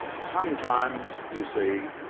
sometimes, you see,